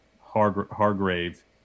Hargrave